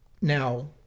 Now